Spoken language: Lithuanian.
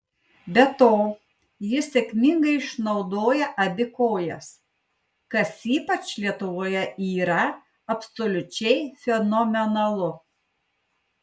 be to jis sėkmingai išnaudoja abi kojas kas ypač lietuvoje yra absoliučiai fenomenalu